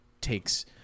takes